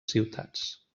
ciutats